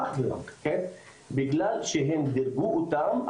אך ורק בגלל שהם דירגו אותן,